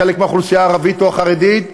חלק מהאוכלוסייה הערבית או החרדים,